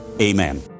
amen